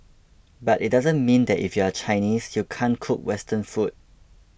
but it doesn't mean that if you are Chinese you can't cook Western food